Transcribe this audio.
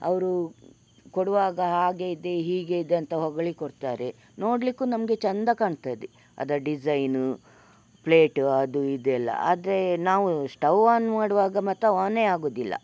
ಅವರು ಕೊಡುವಾಗ ಹಾಗೆ ಇದೆ ಹೀಗೆ ಇದೆ ಅಂತ ಹೊಗಳಿ ಕೊಡ್ತಾರೆ ನೋಡಲಿಕ್ಕು ನಮಗೆ ಚೆಂದ ಕಾಣ್ತದೆ ಅದರ ಡಿಝೈನು ಪ್ಲೇಟು ಅದು ಇದು ಎಲ್ಲ ಆದರೆ ನಾವು ಶ್ಟವ್ ಆನ್ ಮಾಡುವಾಗ ಮಾತ್ರ ಆನೇ ಆಗೋದಿಲ್ಲ